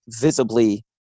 visibly